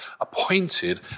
appointed